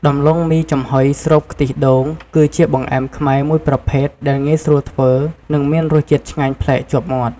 ដំឡូងមីចំហុយស្រូបខ្ទិះដូង គឺជាបង្អែមខ្មែរមួយប្រភេទដែលងាយស្រួលធ្វើ និងមានរសជាតិឆ្ងាញ់ប្លែកជាប់មាត់។